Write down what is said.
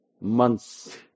months